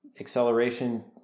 acceleration